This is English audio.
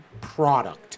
product